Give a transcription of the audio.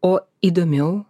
o įdomiau